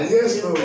Yes